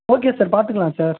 okay sir பார்த்துக்கலாம் sir